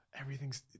everything's